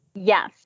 Yes